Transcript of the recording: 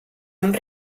amb